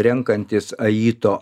renkantis ajito